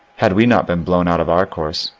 had we not been blown out of our course,